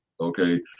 Okay